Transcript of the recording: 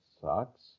sucks